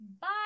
bye